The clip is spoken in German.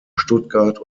stuttgart